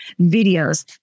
videos